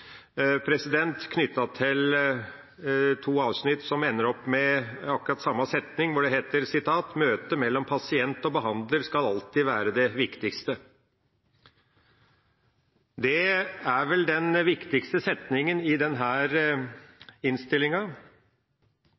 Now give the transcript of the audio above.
to avsnitt som ender opp med akkurat samme setning, hvor det heter: «Møtet mellom pasient og behandler skal alltid være det viktigste.» Det er vel den viktigste setninga i denne innstillinga.